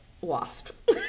wasp